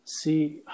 See